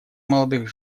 молодых